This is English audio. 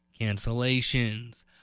cancellations